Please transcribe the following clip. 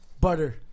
butter